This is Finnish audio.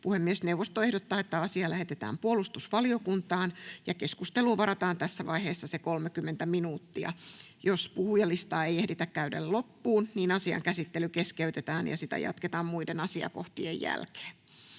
Puhemiesneuvosto ehdottaa, että asia lähetetään hallintovaliokuntaan. Keskusteluun varataan tässä vaiheessa enintään 30 minuuttia. Jos puhujalistaa ei tässä ajassa ehditä käydä loppuun, asian käsittely keskeytetään ja sitä jatketaan muiden asiakohtien jälkeen.